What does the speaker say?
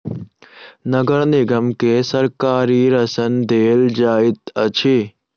नगर निगम के सरकारी ऋण देल जाइत अछि